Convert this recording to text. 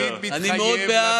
אני מאוד בעד.